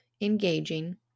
engaging